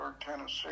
Tennessee